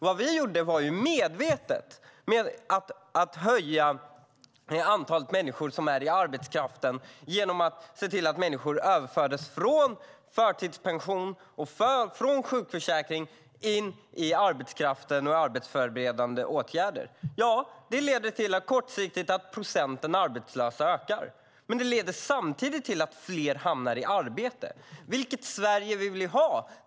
Vad vi gjorde var medvetet, nämligen att öka antalet människor som är i arbetskraften genom att se till att människor överfördes från förtidspension och från sjukförsäkring in i arbetskraften och arbetsförberedande åtgärder. Ja, det leder kortsiktigt till att procenten arbetslösa ökar. Men det leder samtidigt till att fler hamnar i arbete. Vilket Sverige vill vi ha?